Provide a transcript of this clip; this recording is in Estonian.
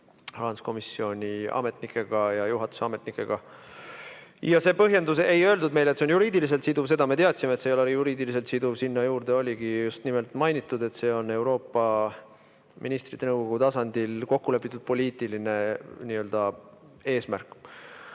rahanduskomisjoni ametnikega ja juhatuse ametnikega. Ja see põhjendus – ei öeldud meile, et see on juriidiliselt siduv, seda me teadsime, et see ei ole juriidiliselt siduv – sinna juurde oligi just nimelt mainitud, et see on Euroopa Ministrite Nõukogu tasandil kokku lepitud poliitiline eesmärk.